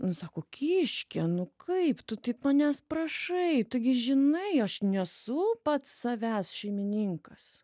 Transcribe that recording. nu sako kiške nu kaip tu taip manęs prašai tu gi žinai aš nesu pats savęs šeimininkas